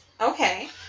Okay